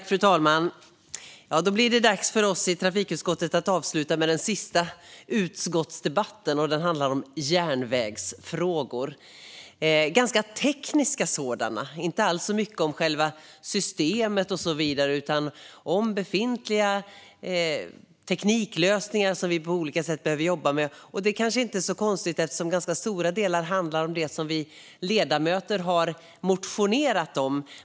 Fru talman! Då blir det dags för oss i trafikutskottet att avsluta med den sista utskottsdebatten. Den handlar om järnvägsfrågor, ganska tekniska sådana. Det handlar inte alls så mycket om själva systemet och så vidare utan om befintliga tekniklösningar som vi på olika sätt behöver jobba med. Det kanske inte är så konstigt, eftersom ganska stora delar handlar om det som vi ledamöter har motionerat om.